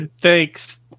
Thanks